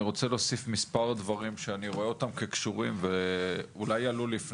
אני רוצה להוסיף מספר דברים שאני רואה אותם שקשורים ואולי עלו כבר לפני.